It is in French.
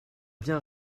bien